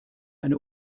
eine